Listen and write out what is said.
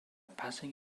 passing